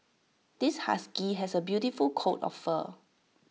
this husky has A beautiful coat of fur